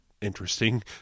interesting